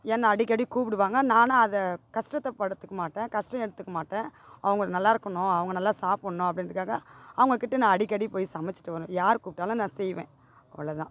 என்ன அடிக்கடி கூப்புடுவாங்க நானும் அதை கஷ்டத்த படுத்திக்க மாட்டேன் கஷ்டம் எடுத்துக்கமாட்டேன் அவங்க நல்லாருக்கணும் அவங்க நல்லா சாப்புடணும் அப்படின்றதுக்காக அவங்கக்கிட்ட நான் அடிக்கடி போய் சமைச்சிட்டு வருவேன் யார் கூப்பிட்டாலும் நான் செய்வேன் அவ்வளோதான்